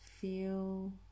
feel